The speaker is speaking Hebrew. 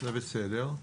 זה בסדר.